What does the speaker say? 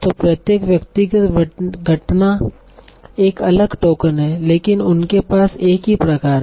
तो प्रत्येक व्यक्तिगत घटना एक अलग टोकन है लेकिन उनके पास एक ही प्रकार है